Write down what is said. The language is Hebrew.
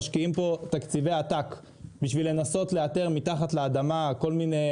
משקיעים פה תקציבי עתק בשביל לנסות לאתר מתחת לאדמה או כל מיני